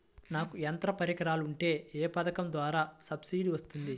నాకు యంత్ర పరికరాలు ఉంటే ఏ పథకం ద్వారా సబ్సిడీ వస్తుంది?